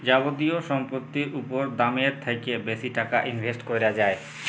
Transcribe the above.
যাবতীয় সম্পত্তির উপর দামের থ্যাকে বেশি টাকা ইনভেস্ট ক্যরা হ্যয়